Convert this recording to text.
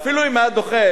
אפילו אם היה דוחה,